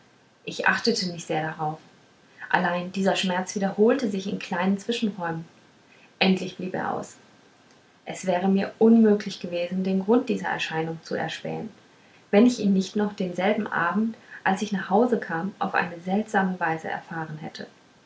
ich achtete nicht sehr darauf allein dieser schmerz wiederholte sich in kleinen zwischenräumen endlich blieb er aus es wäre mir unmöglich gewesen den grund dieser erscheinung zu erspähen wenn ich ihn nicht noch denselben abend als ich nach hause kam auf eine seltsame weise erfahren hätte